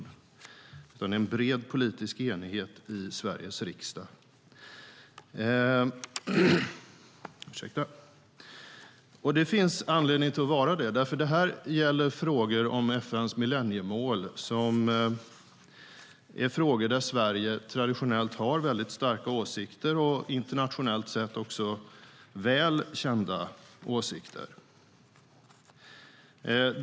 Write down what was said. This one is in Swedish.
Det finns alltså en bred politisk enighet i Sveriges riksdag, och det finns anledning till det, för det här gäller frågor om FN:s millenniemål, frågor där Sverige traditionellt har väldigt starka och internationellt välkända åsikter.